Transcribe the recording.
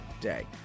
day